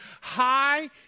high